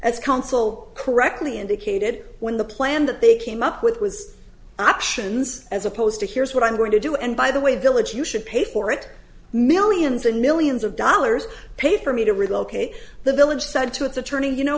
as counsel correctly indicated when the plan that they came up with was options as opposed to here's what i'm going to do and by the way village you should pay for it millions and millions of dollars pay for me to relocate the village said to its attorney you know